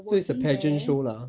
so it's a pageant show lah